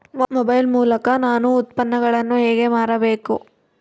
Mobile ಮೂಲಕ ನಾನು ಉತ್ಪನ್ನಗಳನ್ನು ಹೇಗೆ ಮಾರಬೇಕು?